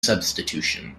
substitution